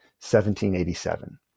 1787